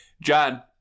John